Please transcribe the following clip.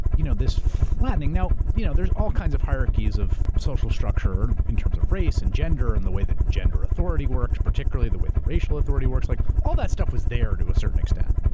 you know, this flattening. now, you know, there's all kinds of hierarchies of social structure in terms of race and gender and the way that gender authority works, particularly the way the racial authority works, like all that stuff was there to a certain extent,